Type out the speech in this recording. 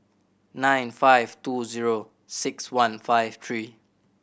nine five two zero six one five three